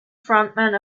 frontman